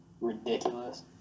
ridiculous